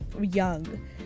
young